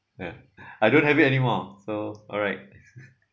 ya I don't have anymore so alright